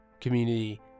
community